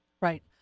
Right